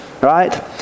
right